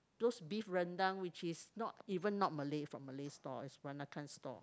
those beef rendang which is not even not Malay from Malay store is Peranakan store